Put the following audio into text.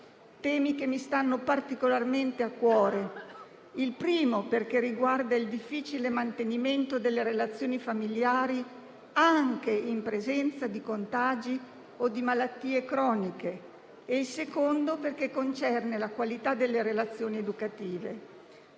temi che mi stanno particolarmente a cuore, il primo perché riguarda il difficile mantenimento delle relazioni familiari anche in presenza di contagi o di malattie croniche e il secondo perché concerne la qualità delle relazioni educative.